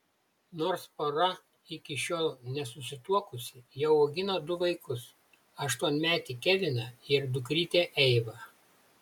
nors pora iki šiol nesusituokusi jau augina du vaikus aštuonmetį keviną ir dukrytę eivą